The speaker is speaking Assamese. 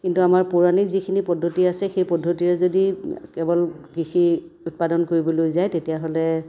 কিন্তু আমাৰ পৌৰাণিক যিখিনি পদ্ধতি আছে সেই পদ্ধতিৰে যদি কেৱল কৃষি উৎপাদন কৰিবলৈ যায় তেতিয়াহ'লে